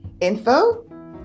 info